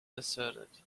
asserted